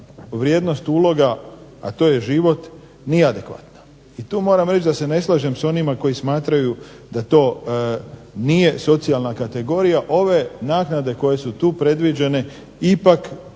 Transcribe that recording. vrijednost uloga a to je život nije adekvatna. I tu moram reći da se ne slažem sa onima koji smatraju da to nije socijalna kategorija. Ove naknade koje su tu predviđene ipak